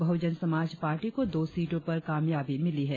बहुजन Samaj party को दो सीटों पर कामयाबी मिली है